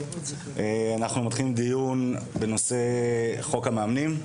אנחנו מתחילים דיון בנושא חוק המאמנים.